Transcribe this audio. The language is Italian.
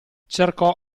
cercò